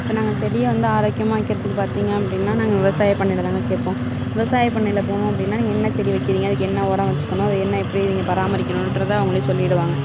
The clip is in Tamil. இப்போ நாங்கள் செடியை வந்து ஆரோக்கியமாக வைக்கிறதுக்கு பார்த்தீங்க அப்படினா நாங்கள் விவசாய பண்ணையில்தாங்க கேட்போம் விவசாய பண்ணையில் போனோம் அப்படினா நீங்கள் என்ன செடி வைக்கிறீங்க அதுக்கு என்ன உரம் வச்சுக்கணும் அதை என்ன எப்படி நீங்கள் பராமரிக்கணும்ன்றத அவங்களே சொல்லிடுவாங்க